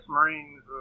Marines